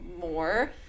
more